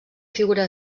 figura